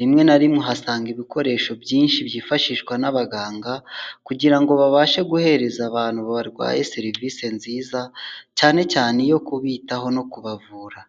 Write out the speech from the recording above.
Rimwe na rimwe uhasanga ibikoresho byinshi byifashishwa n'abaganga kugira ngo babashe guhereza abantu barwaye serivise nziza, cyane cyane iyo kubitaho no kubavura.